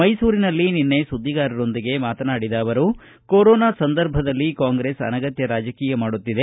ಮೈಸೂರಿನಲ್ಲಿ ನಿನ್ನೆ ಸುದ್ದಿಗಾರರೊಂದಿಗೆ ಮಾತನಾಡಿದ ಅವರು ಕೊರೊನಾ ಸಂದರ್ಭದಲ್ಲಿ ಕಾಂಗ್ರೆಸ್ ಆನಗತ್ತ ರಾಜಕೀಯ ಮಾಡುತ್ತಿದೆ